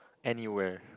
anywhere